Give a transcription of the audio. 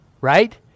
right